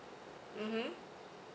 mmhmm